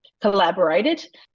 collaborated